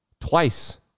twice